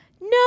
No